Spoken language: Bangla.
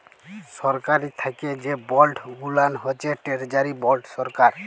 সরকারি থ্যাকে যে বল্ড গুলান হছে টেরজারি বল্ড সরকার